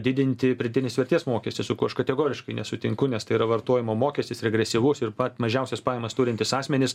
didinti pridėtinės vertės mokestį su kuo aš kategoriškai nesutinku nes tai yra vartojimo mokestis regresyvus ir pat mažiausias pajamas turintys asmenys